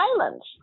islands